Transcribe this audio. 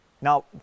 Now